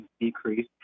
decrease